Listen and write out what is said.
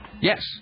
Yes